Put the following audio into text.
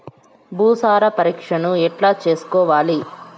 భూసార పరీక్షను ఎట్లా చేసుకోవాలి?